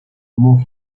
mons